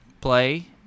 play